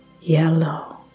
yellow